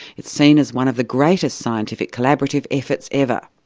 it's seen as one of the greatest scientific collaborative efforts ever.